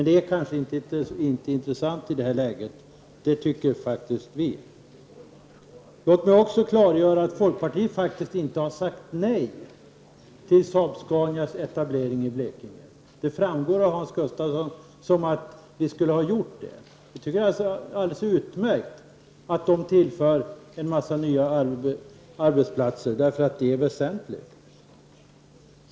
Det kanske inte är intressant i detta läge, men det tycker faktiskt vi. Låt mig också klargöra att folkpartiet inte har sagt nej till Saab-Scanias etablering i Blekinge. Det låter på Hans Gustafsson som om vi skulle ha gjort det. Det är alldeles utmärkt att en massa nya arbetsplatser tillförs, då det är väsentligt.